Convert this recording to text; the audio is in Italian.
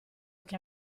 che